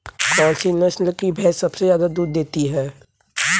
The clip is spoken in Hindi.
कौन सी नस्ल की भैंस सबसे ज्यादा दूध देती है?